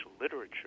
literature